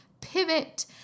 pivot